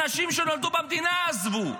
אנשים שנולדו במדינה עזבו.